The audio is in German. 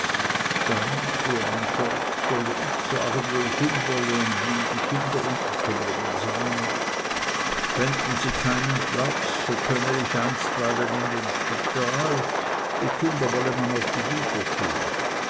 dann fuhr man fort solle ich sagen wo ich hinwolle und wie die kinder unterzubringen seien fänden sie keinen platz so könne ich einstweilen in den spital die kinder wolle man auf die güter tun